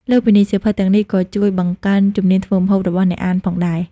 លើសពីនេះ សៀវភៅទាំងនេះក៏ជួយ បង្កើនជំនាញធ្វើម្ហូប របស់អ្នកអានផងដែរ។